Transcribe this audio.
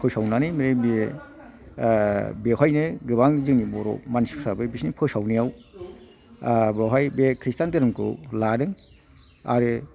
फोसावनानै बे बे बेवहायनो गोबां जों बर' मानसिफ्राबो बिसिनि फोसावनायाव बेवहाय बे खृष्टान धोरोमखौ लादों आरो